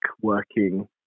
working